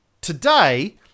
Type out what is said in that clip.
today